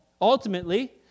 ultimately